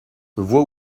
vois